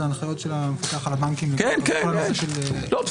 זה על אחריות של המקפח על הבנקים בכל הנושא של --- בסדר,